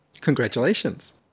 Congratulations